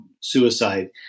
suicide